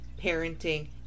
parenting